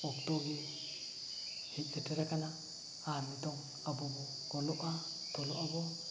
ᱚᱠᱛᱚᱜᱮ ᱦᱮᱡ ᱥᱮᱴᱮᱨ ᱟᱠᱟᱱᱟ ᱟᱨ ᱱᱤᱛᱚᱝ ᱟᱵᱚᱵᱚ ᱚᱞᱚᱜᱼᱟ ᱛᱚᱞᱚᱜ ᱟᱵᱚ